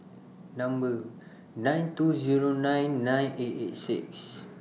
Number nine two Zero nine nine eight eight six